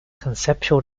conceptual